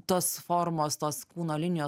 tos formos tos kūno linijos